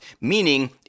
meaning